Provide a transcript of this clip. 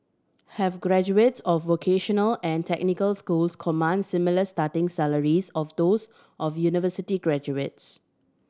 have graduates of vocational and technical schools command similar starting salaries of those of university graduates